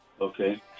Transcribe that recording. Okay